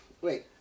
Wait